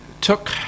Took